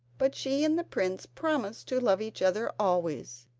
but she and the prince promised to love each other always.